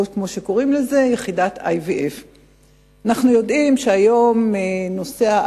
או כמו שקוראים לזה "יחידת IVF". אנחנו יודעים שהיום ה-IVF,